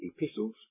epistles